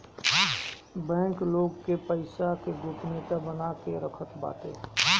bank लोग के पईसा के गोपनीयता बना के रखत बाटे